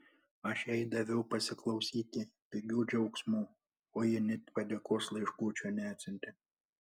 aš jai daviau pasiklausyti pigių džiaugsmų o ji net padėkos laiškučio neatsiuntė